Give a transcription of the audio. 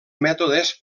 mètodes